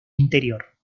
interior